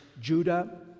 Judah